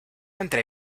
entre